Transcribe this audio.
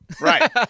Right